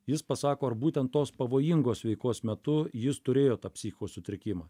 jis pasako ar būtent tos pavojingos veikos metu jis turėjo tą psichosutrikimą